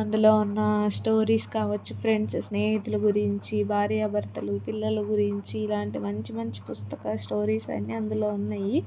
అందులో ఉన్న స్టోరీస్ కావచ్చు ఫ్రెండ్స్ స్నేహితుల గురించి భార్యాభర్తలు పిల్లలు గురించి ఇలాంటి మంచి మంచి పుస్తకాలు స్టోరీస్ అన్ని అందులో ఉన్నాయి